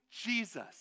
Jesus